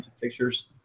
pictures